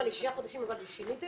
את הנוהל מ-24 לשישה חודשים שיניתם?